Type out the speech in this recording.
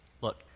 look